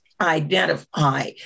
identify